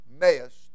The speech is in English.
mayest